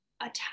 attack